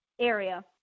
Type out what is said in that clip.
area